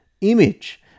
image